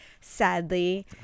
sadly